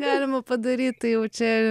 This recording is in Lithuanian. galima padaryt tai jau čia